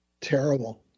Terrible